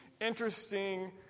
interesting